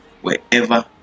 wherever